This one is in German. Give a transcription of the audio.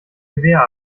gewehr